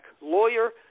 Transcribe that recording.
lawyer